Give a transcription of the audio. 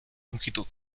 longitud